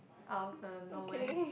out of uh nowhere